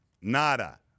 nada